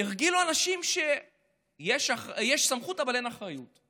הרגילו אנשים שיש סמכות אבל אין אחריות.